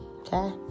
okay